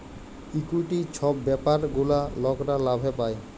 equity ছব ব্যাপার গুলা লকরা লাভে পায়